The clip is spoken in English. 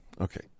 okay